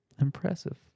Impressive